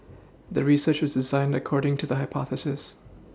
the research was designed according to the hypothesis